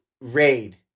Raid